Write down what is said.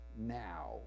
now